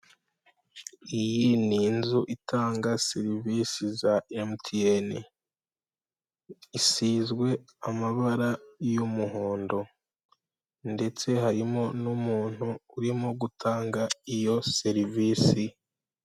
Iyi ni inzu itanga serivisi za MTN, isizwe amabara y'umuhondo. Ndetse harimo n'umuntu, urimo gutanga iyo serivisi.